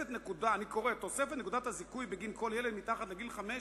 אני קורא: "תוספת נקודת הזיכוי בגין כל ילד מתחת לגיל חמש